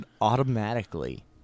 automatically